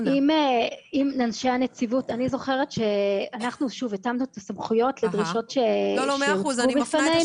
אני זוכרת שאנחנו התאמנו את הסמכויות לדרישות שהוצגו בפנינו.